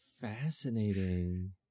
Fascinating